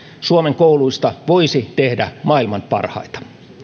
suomen kouluista voisi tehdä maailman parhaita